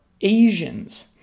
Asians